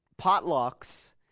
potlucks